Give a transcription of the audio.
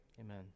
Amen